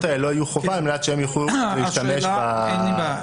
האלה לא יהיו חובה על מנת שהם יוכלו להשתמש ב אין לי בעיה,